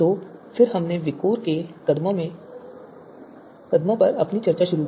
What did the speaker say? तो फिर हमने विकोर के कदमों पर अपनी चर्चा शुरू की